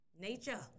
Nature